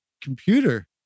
computer